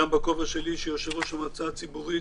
גם בכובע שלי כיושב-ראש המועצה הציבורית